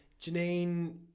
Janine